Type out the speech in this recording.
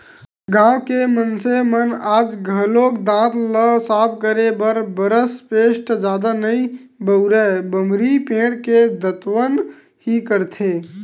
गाँव के मनसे मन आज घलोक दांत ल साफ करे बर बरस पेस्ट जादा नइ बउरय बमरी पेड़ के दतवन ही करथे